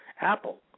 apple